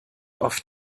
oft